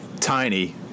tiny